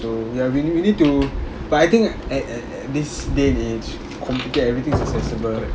so ya we we need to but I think at at at this day and age computer everything is accessible